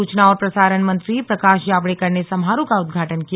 सूचना और प्रसारण मंत्री प्रकाश जावडेकर ने समारोह का उद्घाटन किया